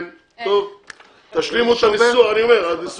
אין הצעת חוק תאגידי מים וביוב (תיקון